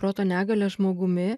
proto negalia žmogumi